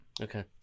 okay